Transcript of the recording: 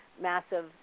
massive